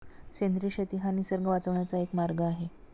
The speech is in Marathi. सेंद्रिय शेती हा निसर्ग वाचवण्याचा एक मार्ग आहे